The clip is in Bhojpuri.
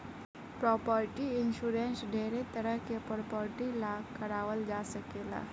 प्रॉपर्टी इंश्योरेंस ढेरे तरह के प्रॉपर्टी ला कारवाल जा सकेला